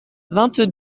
vingt